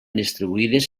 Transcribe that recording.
distribuïdes